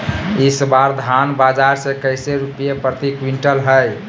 इस बार धान बाजार मे कैसे रुपए प्रति क्विंटल है?